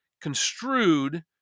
construed